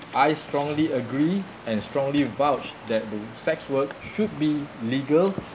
I strongly agree and strongly vouch that the sex work should be legal